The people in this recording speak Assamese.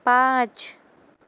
পাঁচ